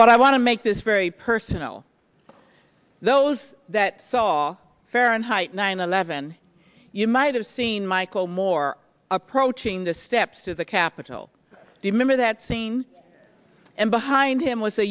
but i want to make this very personal those that saw fahrenheit nine eleven you might have seen michael moore approaching the steps to the capitol remember that scene and behind him was a